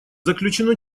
заключено